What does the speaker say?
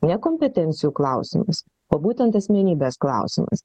ne kompetencijų klausimas o būtent asmenybės klausimas